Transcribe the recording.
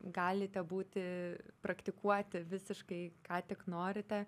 galite būti praktikuoti visiškai ką tik norite